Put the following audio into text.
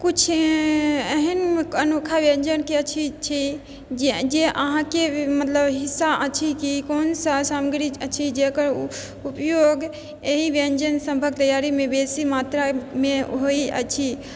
कुछ एहन अनोखा व्यञ्जनके अछि छी जे जे अहाँके मतलब हिस्सा अछि कि कौनसँ सामग्री अछि जकर उपयोग एहि व्यञ्जन सभहके तैयारीमे बेसी मात्रामे होइ अछि